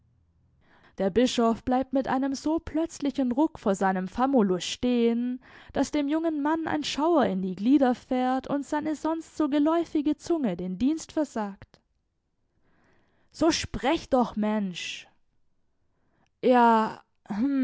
der bischof bleibt mit einem so plötzlichen ruck vor seinem famulus stehen daß dem jungen mann ein schauer in die glieder fährt und seine sonst so geläufige zunge den dienst versagt so sprecht doch mensch ja